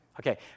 Okay